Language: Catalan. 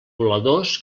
voladors